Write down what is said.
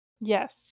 Yes